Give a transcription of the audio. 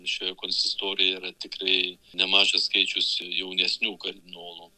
šioje konsistorijoje yra tikrai nemažas skaičius jaunesnių kardinolų